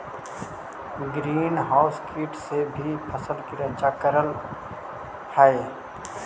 green house कीटों से भी फसलों की रक्षा करअ हई